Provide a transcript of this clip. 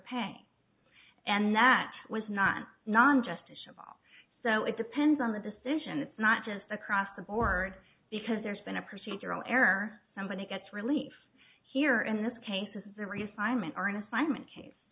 pay and that was not non justiciable so it depends on the decision it's not just across the board because there's been a procedural error somebody gets relief here in this case is a reassignment